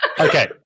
Okay